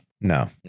no